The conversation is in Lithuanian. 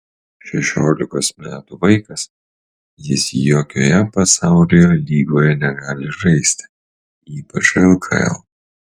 šešiolikos metų vaikas jis jokioje pasaulio lygoje negali žaisti ypač lkl